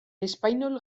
espainol